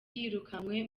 yirukanywe